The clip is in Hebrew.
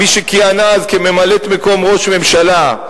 מי שכיהנה אז כממלאת-מקום ראש ממשלה,